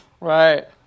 Right